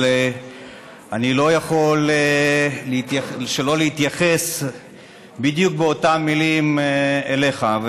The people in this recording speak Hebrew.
אבל אני לא יכול שלא להתייחס בדיוק באותן מילים אליך.